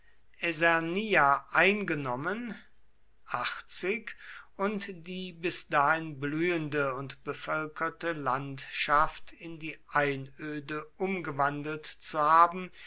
eingenommen und die bis dahin blühende und bevölkerte landschaft in die einöde umgewandelt zu haben